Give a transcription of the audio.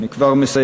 אני כבר מסיים,